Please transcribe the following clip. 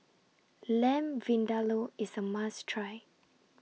Lamb Vindaloo IS A must Try